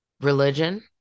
religion